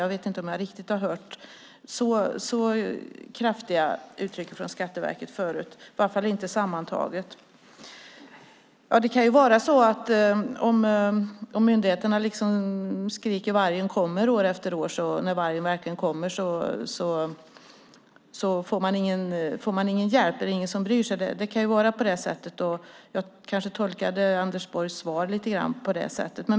Jag vet inte om jag har hört så kraftiga uttalanden från Skatteverket förut, i varje fall inte sammantaget. Om myndigheterna ropar vargen kommer år efter år kanske de inte får någon hjälp när vargen verkligen kommer. Det kan vara så. Jag tolkade nog Anders Borgs svar på det sättet.